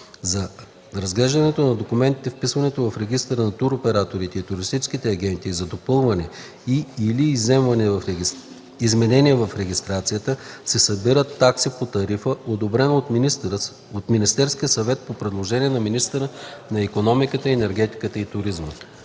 За разглеждането на документите, вписването в регистъра на туроператорите и туристическите агенти и за допълване и/или изменение в регистрацията се събират такси по тарифа, одобрена от Министерския съвет по предложение на министъра на икономиката, енергетиката и туризма.”